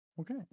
okay